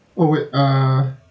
wa~ wait uh